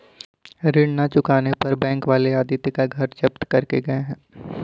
ऋण ना चुकाने पर बैंक वाले आदित्य का घर जब्त करके गए हैं